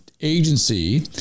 agency